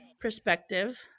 perspective